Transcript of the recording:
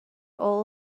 all